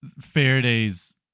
Faraday's